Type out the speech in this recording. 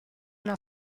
una